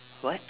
what